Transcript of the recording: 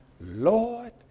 Lord